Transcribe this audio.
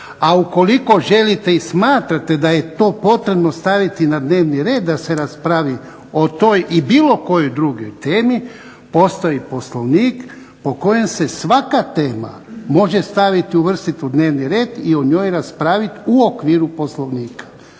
a ukoliko želite i smatrate da je to potrebno staviti na dnevni red da se raspravi o toj, i bilo kojoj drugoj temi, postoji Poslovnik po kojem se svaka tema može staviti, uvrstiti u dnevni red i o njoj raspraviti u okviru Poslovnika.